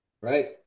Right